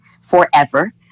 forever